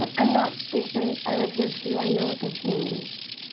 and not stupid. i live here too. i know what this means.